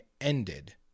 ended